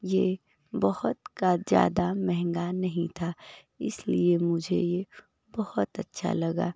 ये बहुत का ज्यादा महंगा नहीं था इसलिए मुझे ये बहुत अच्छा लगा